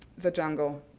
the jungle.